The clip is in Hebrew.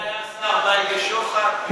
היה השר בייגה שוחט.